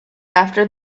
after